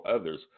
others